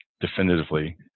definitively